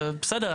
בסדר,